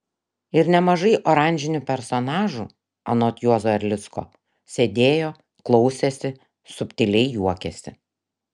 ir nemažai oranžinių personažų anot juozo erlicko sėdėjo klausėsi subtiliai juokėsi